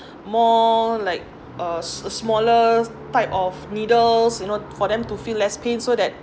more like a a smaller type of needles you know for them to feel less pain so that